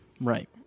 Right